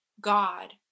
God